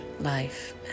life